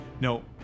No